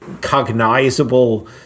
cognizable